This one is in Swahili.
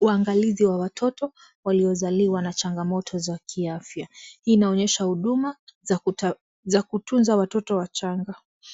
uwangalizi wa watoto ,waliozaliwa na changamoto za kiafya . Hii inaonyesha huduma za kutunza watoto wachanga.